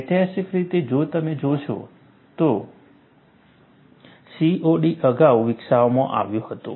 ઐતિહાસિક રીતે જો તમે જોશો તો COD અગાઉ વિકસાવવામાં આવ્યું હતું